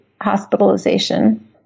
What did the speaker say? hospitalization